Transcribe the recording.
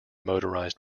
motorized